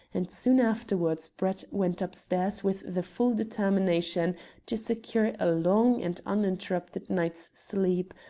and soon afterwards brett went upstairs with the full determination to secure a long and uninterrupted night's sleep,